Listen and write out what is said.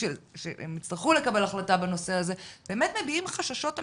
שהם יצטרכו לקבל החלטה בנושא הזה מביעים חששות אמיתיים.